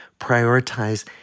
prioritize